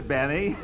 Benny